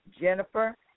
Jennifer